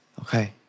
Okay